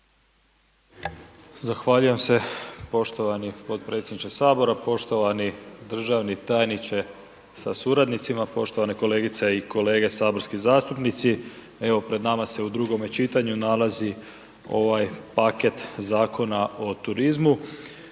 Zahvaljujem se poštovani potpredsjedniče Sabora, poštovani državni tajniče sa suradnicima, poštovane kolegice i kolege saborski zastupnici. Evo pred nama se u drugome čitanju nalazi ovaj paket zakona o turizmu,